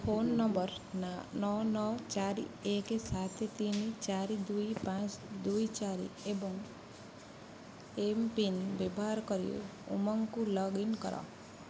phone number ନା ନଅ ନଅ ଚାରି ଏକେ ସାତେ ତିନି ଚାରି ଦୁଇ ପାଞ୍ଚ ଦୁଇ ଚାରି ଏବଂ ଏମ୍ପିନ୍ ବ୍ୟବହାର କରି ଉମଙ୍ଗକୁ ଲଗ୍ଇନ୍ କର